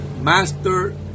master